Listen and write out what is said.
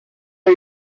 are